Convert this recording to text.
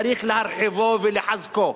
צריך להרחיבו ולחזקו.